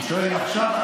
אני שואל אם עכשיו.